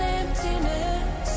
emptiness